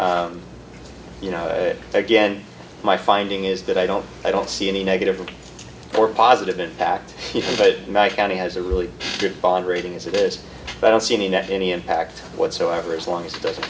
but you know again my finding is that i don't i don't see any negative or positive impact even by my county has a really good bond rating as it is i don't see any net any impact whatsoever as long as it doesn't